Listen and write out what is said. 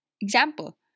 Example